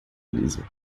lisa